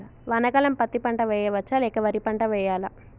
వానాకాలం పత్తి పంట వేయవచ్చ లేక వరి పంట వేయాలా?